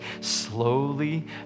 slowly